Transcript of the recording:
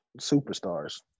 superstars